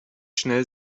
schnell